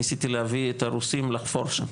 ניסיתי להביא את הרוסים לחפור שם.